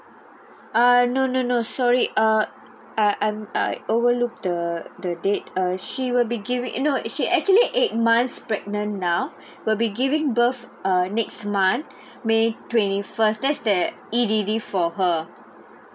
uh no no no sorry err uh I am I overlook the the date uh she will be giving no she actually eight months pregnant now will be giving birth uh next month may twenty first that's that E_D_D for her